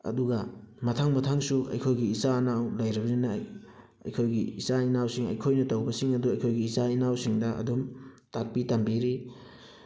ꯑꯗꯨꯒ ꯃꯊꯪ ꯃꯊꯪꯁꯨ ꯑꯩꯈꯣꯏꯒꯤ ꯏꯆꯥ ꯏꯅꯥꯎ ꯂꯩꯔꯕꯅꯤꯅ ꯑꯩꯈꯣꯏꯒꯤ ꯏꯆꯥ ꯏꯅꯥꯎꯁꯤꯡ ꯑꯩꯈꯣꯏꯅ ꯇꯧꯕꯁꯤꯡ ꯑꯗꯨ ꯑꯩꯈꯣꯏꯒꯤ ꯏꯆꯥ ꯏꯅꯥꯎꯁꯤꯡꯗ ꯑꯗꯨꯝ ꯇꯥꯛꯄꯤ ꯇꯝꯕꯤꯔꯤ